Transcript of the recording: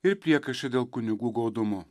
ir priekaištai dėl kunigų godumo